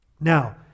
Now